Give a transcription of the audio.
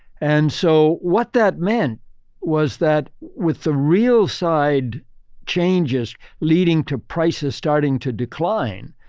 and so, what that meant was that with the real side changes leading to prices starting to decline,